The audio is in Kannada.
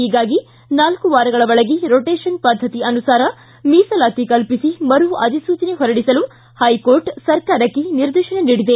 ಹೀಗಾಗಿ ನಾಲ್ಕು ವಾರಗಳ ಒಳಗೆ ರೊಟೇಷನ್ ಪದ್ಧತಿ ಅನುಸಾರ ಮೀಸಲಾತಿ ಕಲ್ಲಿಸಿ ಮರು ಅಧಿಸೂಚನೆ ಹೊರಡಿಸಲು ಹೈಕೋರ್ಟ್ ಸರ್ಕಾರಕ್ಕೆ ನಿರ್ದೇಶನ ನೀಡಿದೆ